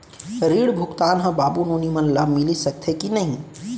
ऋण भुगतान ह बाबू नोनी मन ला मिलिस सकथे की नहीं?